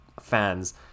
fans